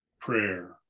prayer